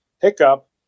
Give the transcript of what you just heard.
hiccup